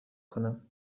کنم